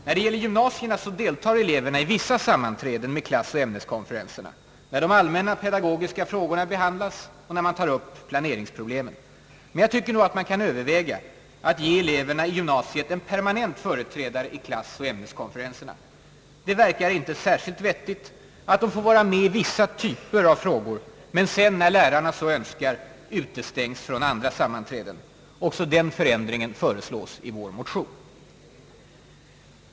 När det gäller gymnasierna deltar eleverna i vissa sammanträden med klassoch ämneskonferenserna när de allmänna pedagogiska frågorna behandlas och när man tar upp planeringsproblemen. Men jag tycker nog att man kan överväga att ge eleverna i gymnasiet en permanent företrädare i klassoch ämneskonferenserna. Det verkar inte särskilt vettigt att de får vara med i vissa typer av frågor, men sedan — när lärarna så önskar — utestängs från andra sammanträden. Också den förändringen föreslås i vår motion.